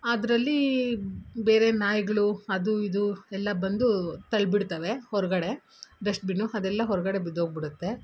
ಅದರಲ್ಲೀ ಬೇರೆ ನಾಯಿಗಳು ಅದು ಇದು ಎಲ್ಲ ಬಂದು ತಳ್ಬಿಡ್ತವೆ ಹೊರಗಡೆ ಡಸ್ಟ್ಬಿನ್ನು ಅದೆಲ್ಲ ಹೊರಗಡೆ ಬಿದ್ದೋಗ್ಬಿಡುತ್ತೆ